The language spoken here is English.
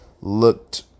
looked